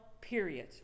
period